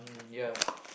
um yeah